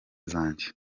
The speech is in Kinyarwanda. zanjye